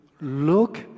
look